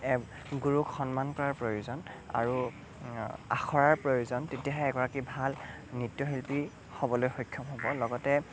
এক গুৰুক সন্মান কৰাৰ প্ৰয়োজন আৰু আখৰাৰ প্ৰয়োজন তেতিয়াহে এগৰাকী ভাল নৃত্যশিল্পী হ'বলৈ সক্ষম হ'ব লগতে